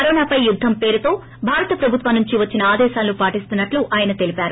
corona పై యుద్దం పేరుతో భారత ప్రభుత్వం నుంచి వచ్చిన ఆదేశాలను పాటిస్తున్నట్లు ఆయన తెలిపారు